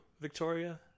Victoria